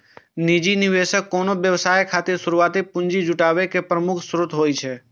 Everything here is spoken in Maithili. निजी निवेशक कोनो व्यवसाय खातिर शुरुआती पूंजी जुटाबै के प्रमुख स्रोत होइ छै